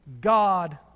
God